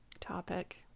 topic